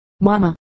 mama